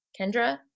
Kendra